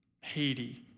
Haiti